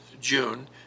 June